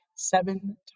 Seven